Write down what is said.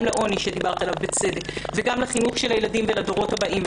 גם בעניין העוני שדיברת עליו בצדק וגם לחינוך של הילדים ולדורות הבאים.